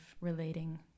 relating